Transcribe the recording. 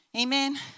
amen